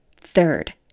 Third